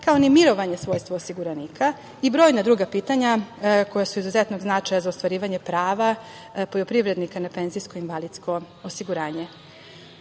kao ni mirovanje svojstva osiguranika i brojna druga pitanja koja su od izuzetnog značaja za ostvarivanje prava poljoprivrednika na PIO.S toga, kako bi se